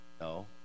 No